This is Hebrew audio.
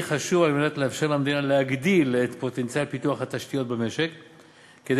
אני אספר לך כמה הייתי צריך להתחנן על כסף